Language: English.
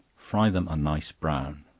fry them a nice brown.